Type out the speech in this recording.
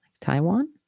Taiwan